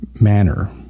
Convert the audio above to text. manner